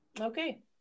Okay